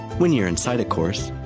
when you're inside a course,